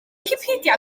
wicipedia